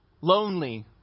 lonely